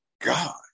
god